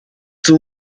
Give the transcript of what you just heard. two